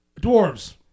dwarves